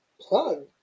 plug